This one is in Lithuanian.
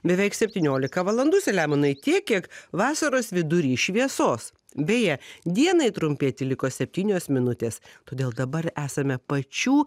beveik septyniolika valandų seliamonai tiek kiek vasaros vidury šviesos beje dienai trumpėti liko septynios minutės todėl dabar esame pačių